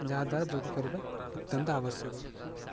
ଯାହାଦ୍ୱାରା ଯୋଗ କରିବା ଅତ୍ୟନ୍ତ ଆବଶ୍ୟକ